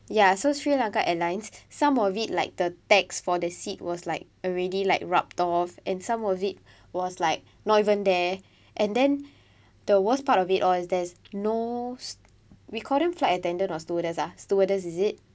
ya so sri lanka airlines some of it like the text for the seat was like already like rubbed off and some of it was like not even there and then the worst part of it was there's no we call them flight attendant or stewardess ah stewardess is it